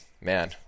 man